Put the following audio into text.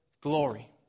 glory